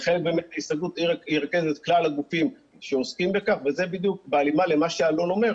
הוא ירכז את כלל הגופים שעוסקים בכך וזה בדיוק בהלימה למה שאלון אומר,